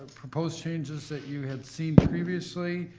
proposed changes that you have seen previously